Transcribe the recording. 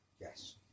Yes